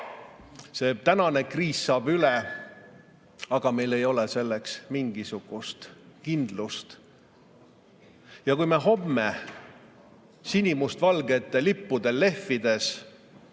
see tänane kriis saab mööda. Aga meil ei ole selles mingisugust kindlust. Kui me homme sinimustvalgete lippude lehvides